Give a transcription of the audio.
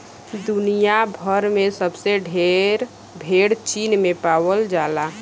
दुनिया भर में सबसे ढेर भेड़ चीन में पावल जाला